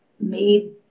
made